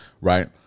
right